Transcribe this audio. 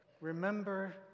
Remember